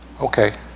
okay